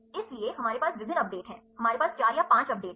इसलिए हमारे पास विभिन्न अपडेट हैं हमारे पास 4 या 5 अपडेट हैं